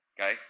Okay